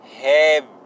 Heavy